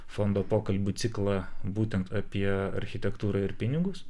fondo pokalbių ciklą būtent apie architektūrą ir pinigus